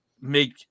make